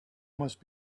must